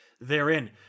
therein